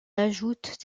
ajoutent